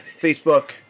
Facebook